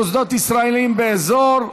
מוסדות ישראליים באזור),